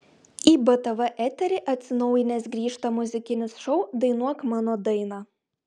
į btv eterį atsinaujinęs grįžta muzikinis šou dainuok mano dainą